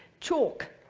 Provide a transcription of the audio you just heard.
chalk,